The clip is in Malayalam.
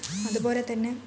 അതുപോലെതന്നെ